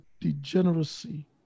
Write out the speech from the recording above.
degeneracy